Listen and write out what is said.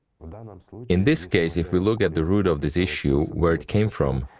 and and um so in this case, if we look at the root of this issue, where it came from,